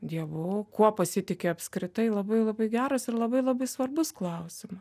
dievu kuo pasitiki apskritai labai labai geras ir labai labai svarbus klausima